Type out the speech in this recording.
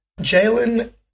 Jalen